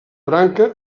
branca